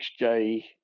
XJ